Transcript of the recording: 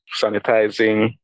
sanitizing